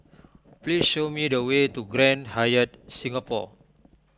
please show me the way to Grand Hyatt Singapore